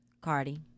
Cardi